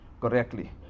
correctly